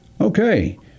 Okay